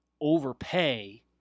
overpay